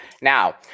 Now